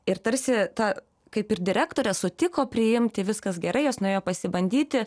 ir tarsi ta kaip ir direktorė sutiko priimti viskas gerai jos nuėjo pasibandyti